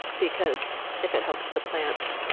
because if it helps the plant,